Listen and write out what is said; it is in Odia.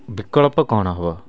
ବିକଳ୍ପ କ'ଣ ହେବ